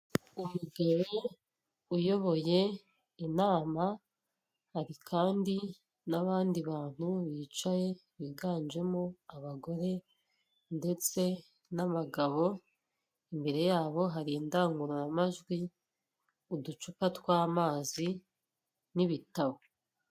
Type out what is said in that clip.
Umugabo uyoboye inama hari kandi n'abandi bantu bicaye biganjemo abagore, ndetse n'abagabo imbere yabo, hari indangururamajwi uducupa tw'amazi n'ibitabo.